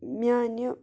میٛانہِ